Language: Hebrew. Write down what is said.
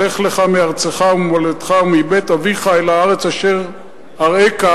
לך לך מארצך וממולדתך ומבית אביך אל הארץ אשר אראך,